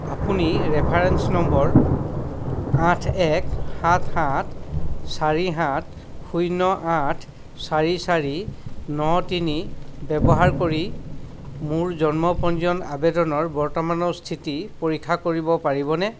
আপুনি reference number আঠ এক সাত সাত চাৰি সাত শূন্য আঠ চাৰি চাৰি ন তিনি ব্যৱহাৰ কৰি মোৰ জন্ম পঞ্জীয়ন আবেদনৰ বৰ্তমানৰ স্থিতি পৰীক্ষা কৰিব পাৰিবনে